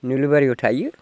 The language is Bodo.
नोलोबारिआव थायो